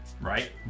right